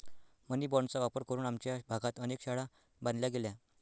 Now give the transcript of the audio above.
मनी बाँडचा वापर करून आमच्या भागात अनेक शाळा बांधल्या गेल्या